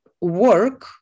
work